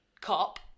cop